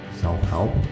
self-help